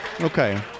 Okay